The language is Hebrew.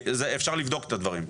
אפשר לבדוק את הדברים.